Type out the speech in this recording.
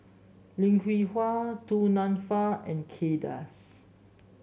Lim Hwee Hua Du Nanfa and Kay Das